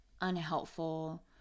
unhelpful